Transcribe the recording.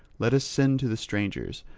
let us send to the strangers,